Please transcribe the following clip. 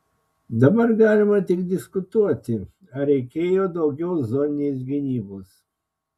dabar galima tik diskutuoti ar reikėjo daugiau zoninės gynybos